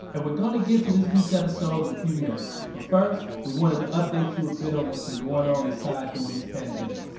and we're gonna get to this week's episode in a few minutes, but first we wanted to update you a bit on what's been going on inside during this pandemic.